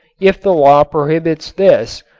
if the law prohibits this,